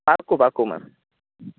પાકું પાકું મેમ